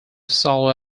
solo